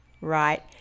right